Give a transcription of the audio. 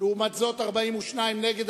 ולעומת זאת 42 נגד.